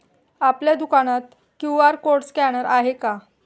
आपल्या दुकानात QR code scanner आहे का?